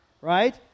Right